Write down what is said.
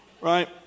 Right